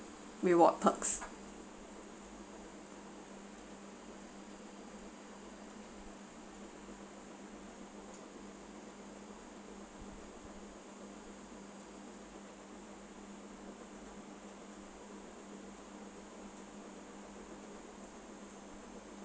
reward perks